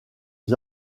les